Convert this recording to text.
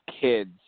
kids